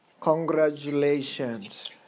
Congratulations